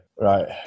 Right